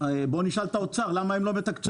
בוא נשאל את האוצר למה הם לא מתקצבים.